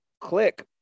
click